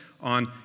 on